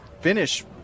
finish